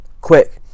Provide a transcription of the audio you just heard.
quick